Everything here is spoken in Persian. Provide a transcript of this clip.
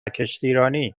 کشتیرانی